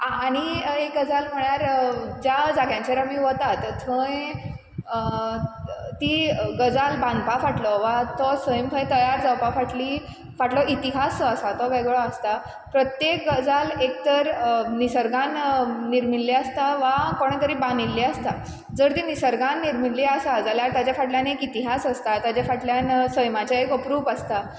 आनी एक गजाल म्हळ्यार ज्या जाग्यांचेर आमी वतात थंय ती गजाल बांदपा फाटलो वा तो सैम थंय तयार जावपा फाटलीं फाटलो इतिहास जो आसा तो वेगळो आसता प्रत्येक गजाल एक तर निसर्गान निर्मिल्ली आसता वा कोणें तरी बांदिल्ली आसता जर ती निसर्गान निर्मिल्ली आसा जाल्यार ताज्या फाटल्यान एक इतिहास आसता ताज्या फाटल्यान सैमाचें एक अप्रूप आसता